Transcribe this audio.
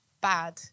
bad